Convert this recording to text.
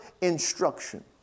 instruction